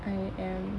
I am